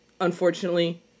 Unfortunately